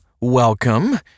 Welcome